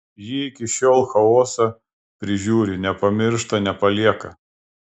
ji iki šiol chaosą prižiūri nepamiršta nepalieka